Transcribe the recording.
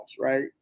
right